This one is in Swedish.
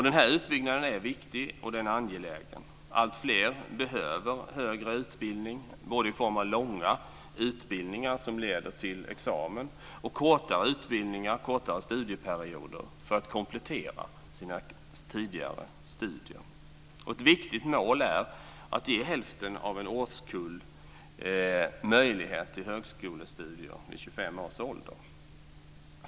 Den här utbyggnaden är viktig och angelägen. Alltfler behöver högre utbildning både i form av långa utbildningar som leder till examen och i form av kortare utbildningar och studieperioder för att komplettera sina tidigare studier. Ett viktigt mål är att ge hälften av en årskull möjlighet till högskolestudier vid 25 års ålder.